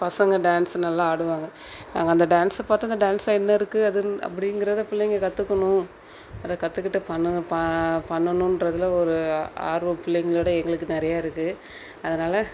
பசங்கள் டான்ஸ்ஸு நல்லா ஆடுவாங்க நாங்கள் அந்த டான்ஸை பார்த்து அந்த டான்ஸ்ல என்ன இருக்குது அது அப்படிங்கிறத பிள்ளைங்க கற்றுக்கணும் அதை கற்றுக்கிட்டு பண்ணணும் ப பண்ணணுன்றதில் ஒரு ஆர்வம் பிள்ளைங்களோட எங்களுக்கு நிறையா இருக்குது அதனால்